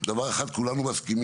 שעל דבר אחד כולנו מסכימים.